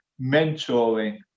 mentoring